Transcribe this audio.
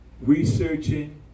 researching